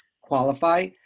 qualify